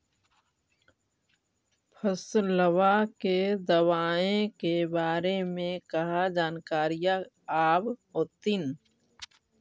फसलबा के दबायें के बारे मे कहा जानकारीया आब होतीन?